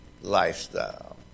lifestyle